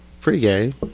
Pre-game